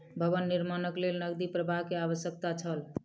भवन निर्माणक लेल नकदी प्रवाह के आवश्यकता छल